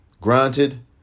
Granted